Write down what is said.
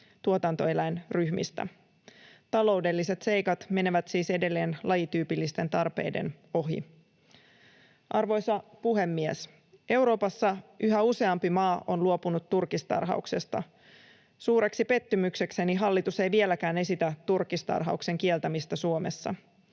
tuotantoeläinryhmistä. Taloudelliset seikat menevät siis edelleen lajityypillisten tarpeiden ohi. Arvoisa puhemies! Euroopassa yhä useampi maa on luopunut turkistarhauksesta. Suureksi pettymyksekseni hallitus ei vieläkään esitä turkistarhauksen kieltämistä Suomessa.